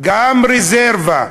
גם רזרבה.